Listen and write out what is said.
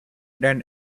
than